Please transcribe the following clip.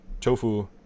tofu